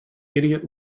idiot